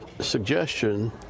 suggestion